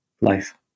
life